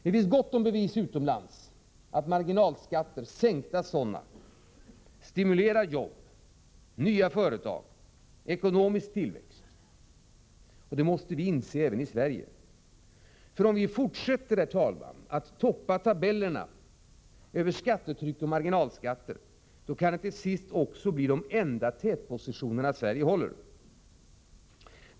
Det finns gott om bevis utomlands för att sänkta marginalskatter stimulerar arbete, nyföretagande och ekonomisk tillväxt. Det måste vi inse även i Sverige, ty om vi fortsätter, herr talman, att toppa tabellerna över skattetryck och marginalskatter, kan det till sist bli de enda tätpositioner Sverige håller.